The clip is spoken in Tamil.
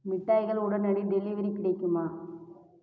மிட்டாய்கள் உடனடி டெலிவெரி கிடைக்குமா